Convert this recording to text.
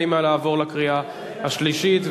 האם לעבור לקריאה השלישית?